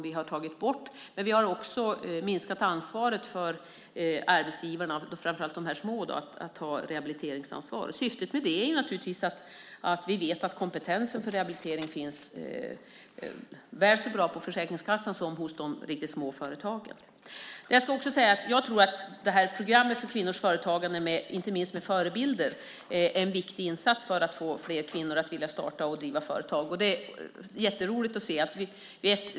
Vi har också minskat rehabiliteringsansvaret för framför allt de små arbetsgivarna. Anledningen är naturligtvis att vi vet att kompetensen för rehabilitering finns väl så bra på Försäkringskassan som hos de riktigt små företagen. Jag tror att programmet för kvinnors företagande med förebilder är en viktig insats för att få fler kvinnor att vilja starta och driva företag.